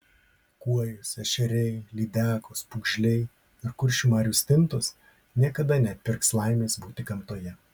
kuojos ešeriai lydekos pūgžliai ir kuršių marių stintos niekada neatpirks laimės būti gamtoje